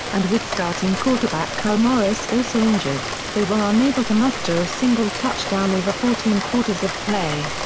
and with starting quarterback kyle morris also injured, they were unable to muster a single touchdown over fourteen quarters of play.